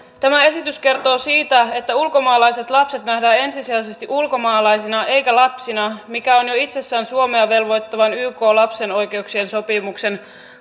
tämä esitys kertoo siitä että ulkomaalaiset lapset nähdään ensisijaisesti ulkomaalaisina eikä lapsina mikä on jo itsessään suomea velvoittavan ykn lapsen oikeuksien sopimuksen